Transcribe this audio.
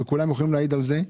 וכולם יכולים להעיד על זה,